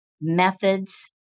methods